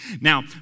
Now